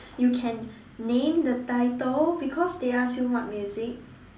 you can name the title because they asked you what music